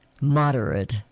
moderate